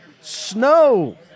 snow